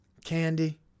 Candy